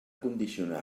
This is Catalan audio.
condicionar